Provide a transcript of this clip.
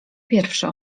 pierwsze